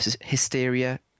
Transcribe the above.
hysteria